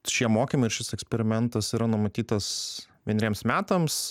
šie mokymai ir šis eksperimentas yra numatytas vieneriems metams